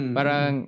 Parang